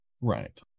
right